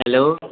hello